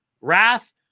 wrath